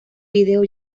vídeo